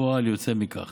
כפועל יוצא מכך